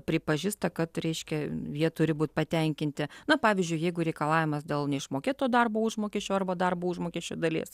pripažįsta kad reiškia jie turi būt patenkinti na pavyzdžiui jeigu reikalavimas dėl neišmokėto darbo užmokesčio arba darbo užmokesčio dalies